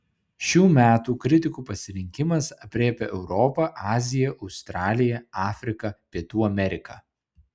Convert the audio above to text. šių metų kritikų pasirinkimas aprėpia europą aziją australiją afriką pietų ameriką